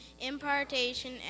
impartation